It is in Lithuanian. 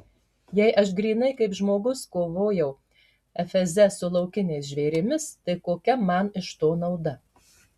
jei aš grynai kaip žmogus kovojau efeze su laukiniais žvėrimis tai kokia man iš to nauda